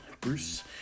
Bruce